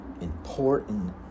important